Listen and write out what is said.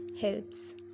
helps